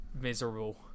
miserable